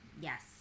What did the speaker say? Yes